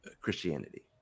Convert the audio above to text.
Christianity